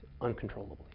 uncontrollably